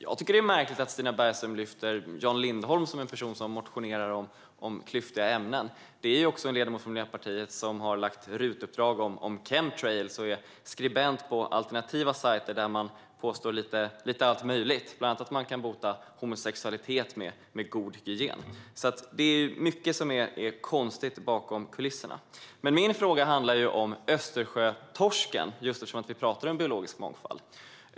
Jag tycker att det är märkligt att Stina Bergström framhåller Jan Lindholm som en person som motionerar om klyftiga ämnen. Han är en ledamot från Miljöpartiet som har gett utredningsuppdrag till RUT om chemtrails, och han är skribent på alternativa sajter där man påstår lite allt möjligt, bland annat att man kan bota homosexualitet med god hygien. Det är mycket som är konstigt bakom kulisserna. Men min fråga handlar om Östersjötorsken, eftersom vi talar om biologisk mångfald.